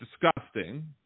disgusting